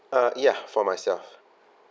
uh ya for myself